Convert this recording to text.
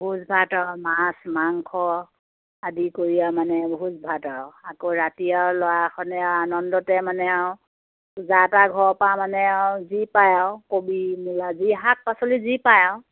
ভোজ ভাত আৰু মাছ মাংস আদি কৰি আৰু মানে ভোজ ভাত আৰু আকৌ ৰাতি আৰু ল'ৰাখনে আৰু আনন্দতে মানে আৰু যাৰ টাৰ ঘৰৰ পৰা মানে আৰু যি পায় আৰু কবি মূলা যি শাক পাচলি যি পায় আৰু